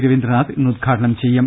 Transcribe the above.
രവീന്ദ്രനാഥ് ഇന്ന് ഉദ്ഘാടനം ചെയ്യും